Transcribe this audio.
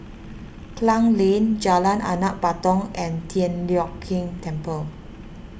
Klang Lane Jalan Anak Patong and Tian Leong Keng Temple